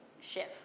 shift